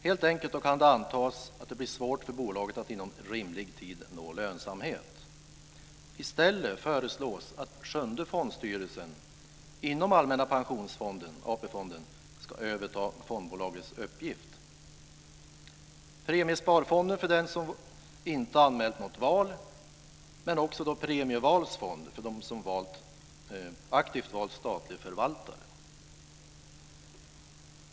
Helt enkelt kan det antas att det blir svårt för bolaget att inom rimlig tid nå lönsamhet. Allmänna pensionsfonden, AP-fonden, ska överta fondbolagets uppgift: premiesparfond för dem som inte anmält något val, men också premievalsfond för dem som aktivt valt statlig förvaltare.